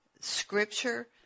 scripture